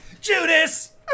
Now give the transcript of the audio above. Judas